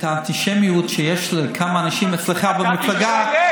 את האנטישמיות שיש לכמה אנשים אצלך במפלגה,